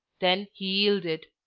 then he yielded.